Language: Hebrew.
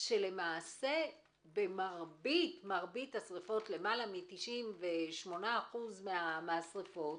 למעשה במרבית השריפות, למעלה מ-98% מהשריפות,